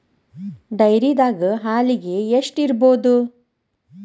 ಡೈರಿದಾಗ ಹಾಲಿಗೆ ಎಷ್ಟು ಇರ್ಬೋದ್?